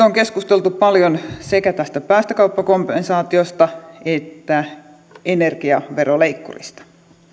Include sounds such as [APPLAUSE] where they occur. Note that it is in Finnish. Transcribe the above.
[UNINTELLIGIBLE] on keskusteltu paljon sekä tästä päästökauppakompensaatiosta että energiaveroleikkurista